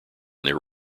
their